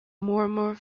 murmur